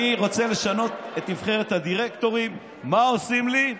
אני רוצה לשנות את נבחרת הדירקטורים, מה עושים לי?